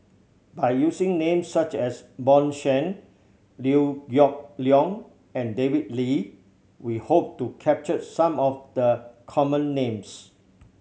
by using names such as Bjorn Shen Liew Geok Leong and David Lee we hope to capture some of the common names